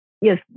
yes